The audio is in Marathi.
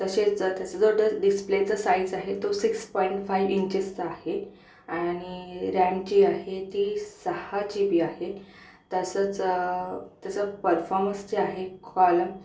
तसेच त्याचा जो डिस्प्लेचा साइज आहे तो सिक्स पॉईंट फाई इंचेसचा आहे आणि रॅम जी आहे ती सहा जी बी आहे तसंच त्याचा परफॉर्मन्स जे आहे कॉलम